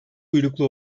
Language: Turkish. uyruklu